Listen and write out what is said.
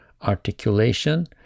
articulation